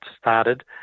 started